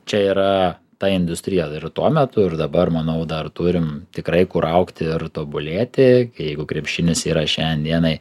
čia yra ta industrija ir tuo metu ir dabar manau dar turim tikrai kur augti ir tobulėti jeigu krepšinis yra šiandienai